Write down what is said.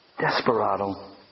Desperado